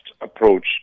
approach